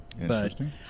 Interesting